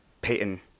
Peyton